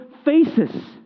faces